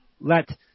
let